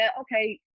okay